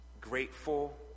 grateful